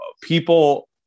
people